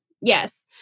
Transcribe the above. Yes